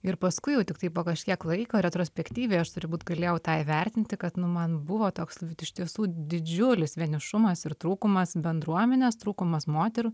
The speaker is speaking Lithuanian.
ir paskui jau tiktai po kažkiek laiko retrospektyviai aš turiu būt galėjau tą įvertinti kad nu man buvo toks iš tiesų didžiulis vienišumas ir trūkumas bendruomenės trūkumas moterų